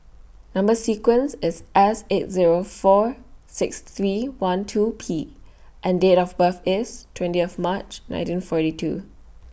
Number sequence IS S eight Zero four six three one two P and Date of birth IS twentieth March nineteen forty two